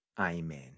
Amen